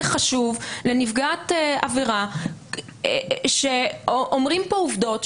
חשוב לנפגעת עבירה כשאומרים פה עובדות,